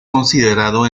considerado